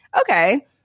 okay